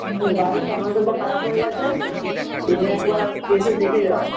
হুম বাড়ির সাবমার্সিবলটা খারাপ হয়ে গেছে তুমি একবার এসে দেখে যাও